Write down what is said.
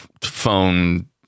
phone